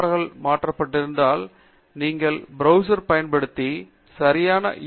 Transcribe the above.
L கள் மாற்றப்பட்டிருந்தால் நீங்கள் ஒரு பிரௌசர்ப் பயன்படுத்தி சரியான யூ